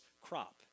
crop